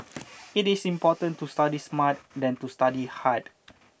it is important to study smart than to study hard